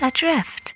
Adrift